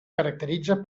caracteritza